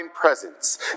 presence